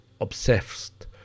obsessed